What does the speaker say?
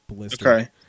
Okay